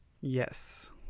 Yes